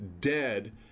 dead